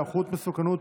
והערכת מסוכנות,